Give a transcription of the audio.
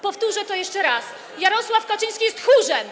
Powtórzę to jeszcze raz: Jarosław Kaczyński jest tchórzem.